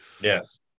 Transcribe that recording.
Yes